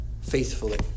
faithfully